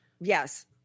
yes